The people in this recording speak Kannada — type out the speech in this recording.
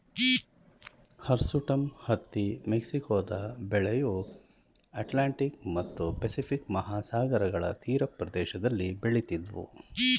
ಹರ್ಸುಟಮ್ ಹತ್ತಿ ಮೆಕ್ಸಿಕೊದ ಬೆಳೆಯು ಅಟ್ಲಾಂಟಿಕ್ ಮತ್ತು ಪೆಸಿಫಿಕ್ ಮಹಾಸಾಗರಗಳ ತೀರಪ್ರದೇಶದಲ್ಲಿ ಬೆಳಿತಿದ್ವು